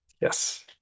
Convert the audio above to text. yes